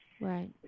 Right